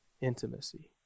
Intimacy